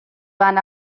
van